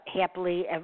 happily